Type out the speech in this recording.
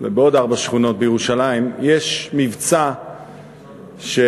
ובעוד ארבע שכונות בירושלים יש מבצע שאחד